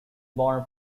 born